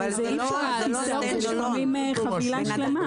אבל יש כאלה שרוכשים חבילה שלמה.